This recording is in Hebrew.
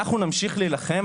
אנחנו נמשיך להילחם,